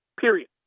period